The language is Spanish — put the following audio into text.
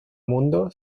mundo